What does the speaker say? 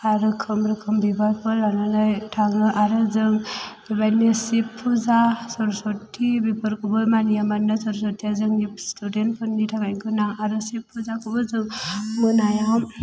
आरो रोखोम रोखोम बिबारफोर लानानै थाङो आरो जों बेबायदिनो सिब फुजा सरस्वति बेफोरखौबो मानियो मानोना सरस्वतिया जोंनि स्टुडेन्टफोरनि थाखाय गोनां आरो सिब फुजाखौबो जों मोनायाव